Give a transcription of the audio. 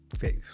Face